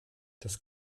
das